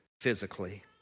physically